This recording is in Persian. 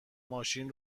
ماشین